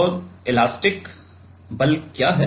और एलास्टिक बल क्या है